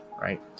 right